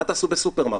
מה תעשו בסופרמרקט?